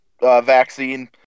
vaccine